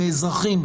מאזרחים,